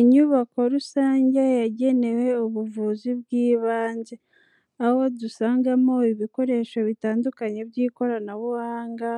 Inyubako rusange yagenewe ubuvuzi bw'ibanze aho dusangamo ibikoresho bitandukanye by'ikoranabuhanga,